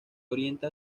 orienta